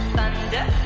Thunder